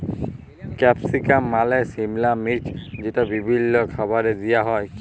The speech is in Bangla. ক্যাপসিকাম মালে সিমলা মির্চ যেট বিভিল্ল্য খাবারে দিঁয়া হ্যয়